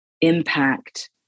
impact